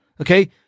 Okay